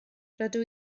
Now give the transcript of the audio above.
rydw